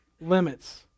limits